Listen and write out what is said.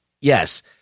Yes